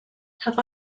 have